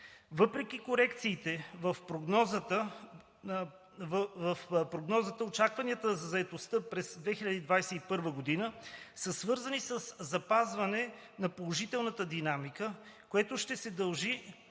Въпреки корекциите в прогнозата, очакванията за заетостта през 2021 г. са свързани със запазване на положителната динамика, което ще се дължи